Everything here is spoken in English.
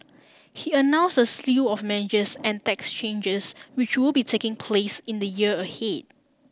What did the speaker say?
he announce a slew of measures and tax changes which will be taking place in the year ahead